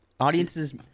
audiences